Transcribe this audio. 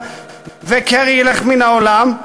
וקרי ילך מן העולם,